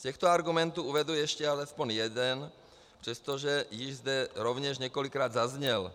Z těchto argumentů uvedu ještě alespoň jeden, přestože již zde rovněž několikrát zazněl.